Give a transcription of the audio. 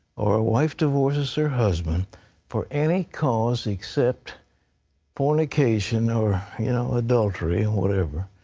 or a wife divorces her husband for any cause accept fornication or you know adultery and whatever,